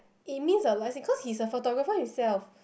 it means a lot as in cause he's a photographer himself